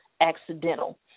accidental